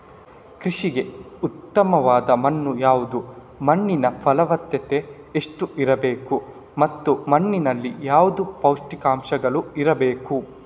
ಕೃಷಿಗೆ ಉತ್ತಮವಾದ ಮಣ್ಣು ಯಾವುದು, ಮಣ್ಣಿನ ಫಲವತ್ತತೆ ಎಷ್ಟು ಇರಬೇಕು ಮತ್ತು ಮಣ್ಣಿನಲ್ಲಿ ಯಾವುದು ಪೋಷಕಾಂಶಗಳು ಇರಬೇಕು?